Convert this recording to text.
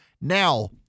Now